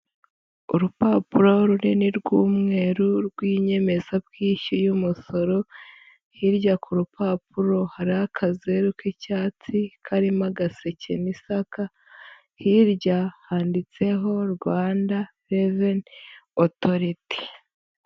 Urupapuro runini rw'umweru, rw'inyemezabwishyu y'umusoro, hirya ku rupapuro hariho akazeru rw'icyatsi karimo agaseke n'isaka, hirya handitseho Rwanda reveni otoriti.